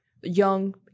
young